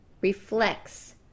reflects